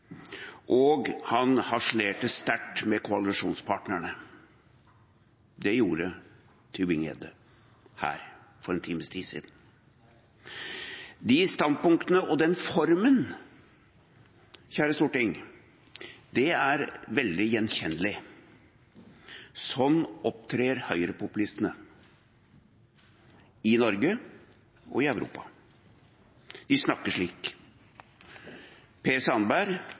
understreket han nasjonalstatens betydning, og han harselerte sterkt med koalisjonspartnerne. Det gjorde Tybring-Gjedde her for en times tid siden. De standpunktene og den formen er veldig gjenkjennelig. Sånn opptrer høyrepopulistene i Norge og i Europa. De snakker slik. Per Sandberg